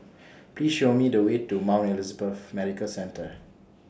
Please Show Me The Way to Mount Elizabeth Medical Centre